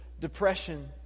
depression